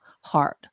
hard